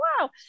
wow